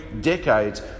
decades